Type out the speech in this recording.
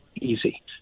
easy